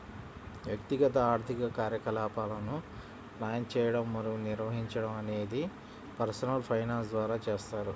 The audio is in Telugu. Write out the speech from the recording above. వ్యక్తిగత ఆర్థిక కార్యకలాపాలను ప్లాన్ చేయడం మరియు నిర్వహించడం అనేది పర్సనల్ ఫైనాన్స్ ద్వారా చేస్తారు